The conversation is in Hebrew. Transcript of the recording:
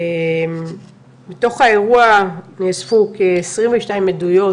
מתוך האירוע נאספו כ-22 עדויות,